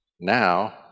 Now